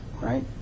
right